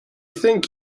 think